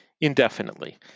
indefinitely